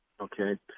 Okay